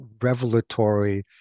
Revelatory